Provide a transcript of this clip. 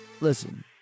listen